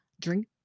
drink